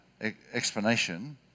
explanation